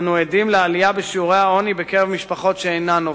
אנו עדים לעלייה בשיעורי העוני בקרב משפחות שאינן עובדות.